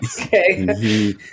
Okay